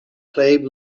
plej